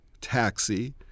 Taxi